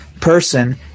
person